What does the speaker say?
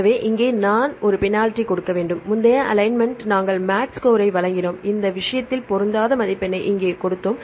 எனவே இங்கே நாம் ஒரு பெனால்டி கொடுக்க வேண்டும் முந்தைய அலைன்மென்ட் நாங்கள் மேட்ச் ஸ்கோரை வழங்கினோம் இந்த விஷயத்தில் பொருந்தாத மதிப்பெண்ணை இங்கே கொடுத்தோம்